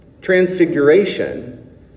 Transfiguration